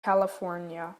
california